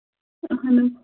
اَہن حظ